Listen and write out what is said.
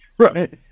Right